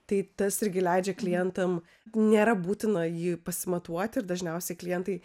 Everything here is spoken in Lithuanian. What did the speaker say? tai tas irgi leidžia klientam nėra būtina jį pasimatuoti ir dažniausiai klientai